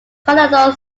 colonel